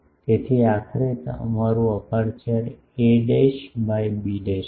તેથી આખરે તમારું અપેરચ્યોર એ બાય બી છે